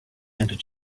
and